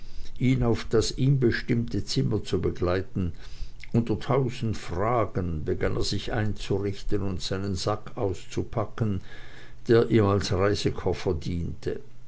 ihn auf das ihm bestimmte zimmer zu begleiten unter tausend fragen begann er sich einzurichten und seinen sack auszupacken der ihm als reisekoffer diente